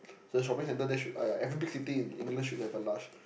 the shopping there should !aiya! every big city in England should have a Lush